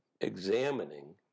examining